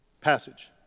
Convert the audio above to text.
passage